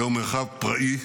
זהו מרחב פראי,